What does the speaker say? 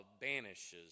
banishes